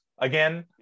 Again